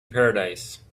paradise